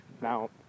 Now